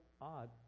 odd